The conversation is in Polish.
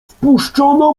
wpuszczono